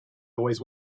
always